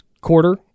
quarter